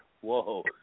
Whoa